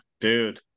dude